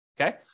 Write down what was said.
Okay